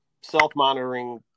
self-monitoring